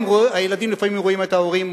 הילדים לפעמים רואים את ההורים